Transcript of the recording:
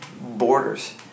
borders